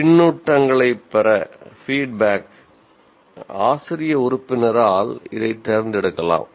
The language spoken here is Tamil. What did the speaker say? பின்னூட்டங்களைப் பெற ஆசிரிய உறுப்பினரால் இதைத் தேர்ந்தெடுக்கலாம்